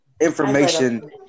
information